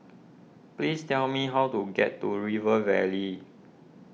please tell me how to get to River Valley